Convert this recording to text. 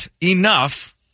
enough